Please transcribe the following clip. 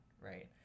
right